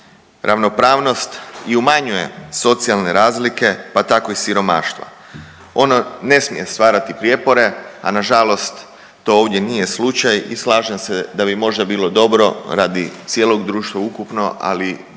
ravnopravnost i umanjuje socijalne razlike pa tako i siromaštvo. Ono ne smije stvarati prijepore, a nažalost to ovdje nije slučaj i slažem se da bi možda bilo dobro radi cijelog društva ukupno, ali